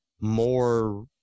more